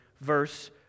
verse